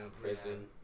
Prison